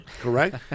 Correct